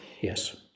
Yes